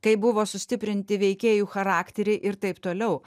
kai buvo sustiprinti veikėjų charakteriai ir taip toliau